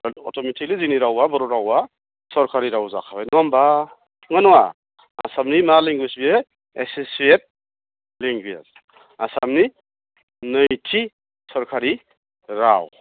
automatically जोंनि रावआ बर' रावआ सरकारि राव जाखाबाय नङा होम्बा नंना नङा आसामनि मा लेंगुवेज बे एससियेट लेंगुवेज आसामनि नैथि सरकारि राव